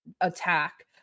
attack